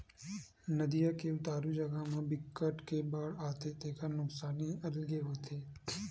नदिया के उतारू जघा म बिकट के बाड़ आथे तेखर नुकसानी अलगे होथे